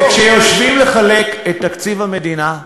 וכשיושבים לחלק את תקציב המדינה,